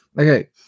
Okay